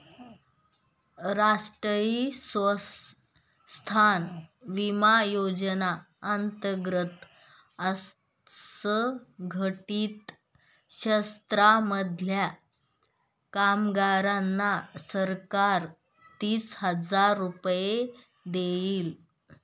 राष्ट्रीय स्वास्थ्य विमा योजने अंतर्गत असंघटित क्षेत्रांमधल्या कामगारांना सरकार तीस हजार रुपये देईल